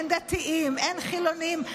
אין דתיים ואין חילונים.